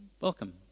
Welcome